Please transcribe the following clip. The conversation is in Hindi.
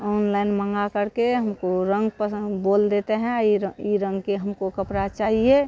ऑनलइन मँगाकर के हमको रंग पसंद हं बोल देते हैं ई ई रंग के हमको कपरा चाहिए